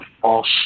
false